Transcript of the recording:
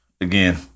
again